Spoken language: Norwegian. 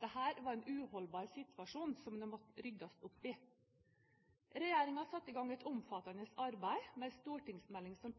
Dette var en uholdbar situasjon som det måtte ryddes opp i. Regjeringen satte i gang et omfattende arbeid med en stortingsmelding som